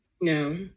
No